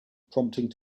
prompting